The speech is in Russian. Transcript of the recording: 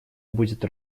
будет